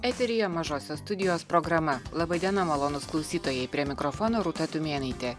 eteryje mažosios studijos programa laba diena malonūs klausytojai prie mikrofono rūta tumėnaitė